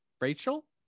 Rachel